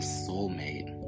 soulmate